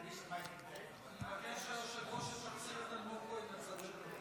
אני מבקש מהיושב-ראש שתחזיר את אלמוג כהן לצד השני.